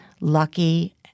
Lucky